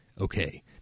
Okay